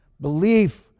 Belief